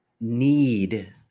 need